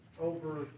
over